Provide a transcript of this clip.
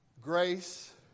grace